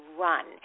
run